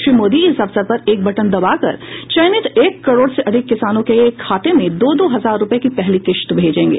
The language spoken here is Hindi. श्री मोदी इस अवसर पर एक बटन दबाकर चयनित एक करोड़ से अधिक किसानों के खाते में दो दो हजार रूपए की पहली किश्त भेजेंगे